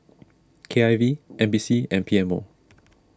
K I V N P C and P M O